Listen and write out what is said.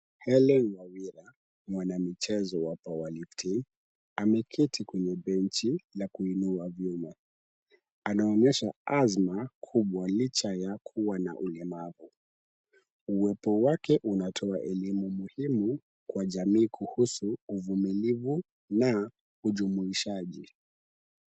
Hellen Wawira mwanamichezo wa power lifting ameketi kwenye benchi ya kuinua vyuma. Anaonyesha azma kubwa licha ya kuwa na ulemavu. Uwepo wake unatoa elimu muhimu kwa jamii kuhusu uvumilivu na ujumuishaji.